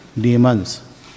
demons